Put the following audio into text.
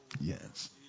Yes